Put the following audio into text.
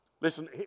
listen